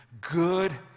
good